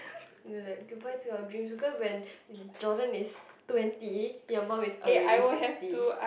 you like goodbye to your dreams because when Jordan is twenty your mum is already sixty